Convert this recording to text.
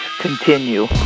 continue